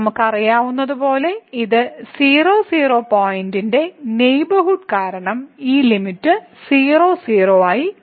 നമുക്കറിയാവുന്നതുപോലെ ഈ 00 പോയിന്റിന്റെ നെയ്ബർഹുഡ് കാരണം ഈ ലിമിറ്റ് 00 ആയി കണക്കാക്കുന്നു